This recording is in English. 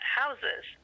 houses